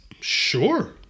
Sure